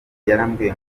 yarambwiye